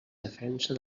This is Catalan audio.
defensa